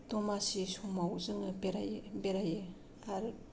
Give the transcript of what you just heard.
दमासि समाव जोङो बेरायो बेरायो आरो